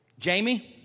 Jamie